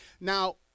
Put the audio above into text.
Now